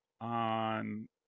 on